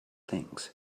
things